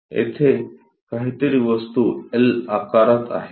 येथे काहीतरी वस्तू एल आकारात आहे